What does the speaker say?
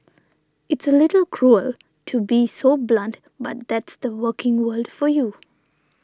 it's a little cruel to be so blunt but that's the working world for you